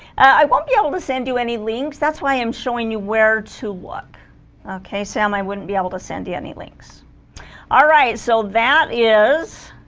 i won't be able to send you any links that's why i'm showing you where to look okay sam i wouldn't be able to send you any links all right so that is